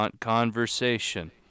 conversation